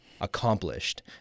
accomplished